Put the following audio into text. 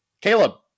Caleb